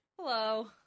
Hello